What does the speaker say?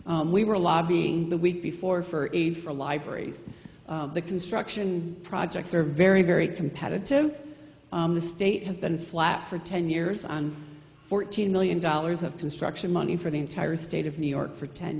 education we were lobbying the week before for aid for libraries the construction projects are very very competitive the state has been flat for ten years on fourteen million dollars of construction money for the entire state of new york for ten